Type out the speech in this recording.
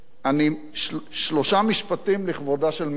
שלושה משפטים, לכבודה של מרב, לא לי.